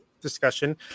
discussion